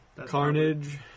Carnage